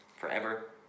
forever